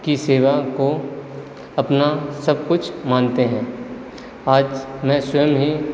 की सेवा को अपना सब कुछ मानते हैं आज मैं स्वयम ही